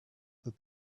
that